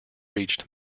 reached